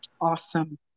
Awesome